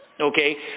okay